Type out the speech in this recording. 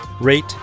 rate